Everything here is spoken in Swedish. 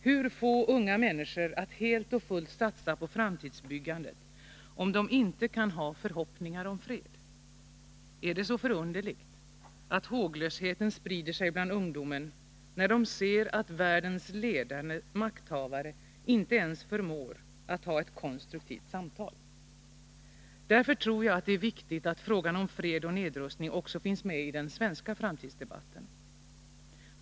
Hur skall vi få unga människor att helt och fullt satsa på framtidsbyggandet, om de inte kan ha förhoppningar om fred? Är det så förunderligt att håglösheten sprider sig bland ungdomen, när de ser att världens ledande makthavare inte ens förmår att ha ett konstruktivt samtal? Därför tror jag att det är viktigt att frågan om fred och nedrustning också finns med i den svenska framtidsdebatten.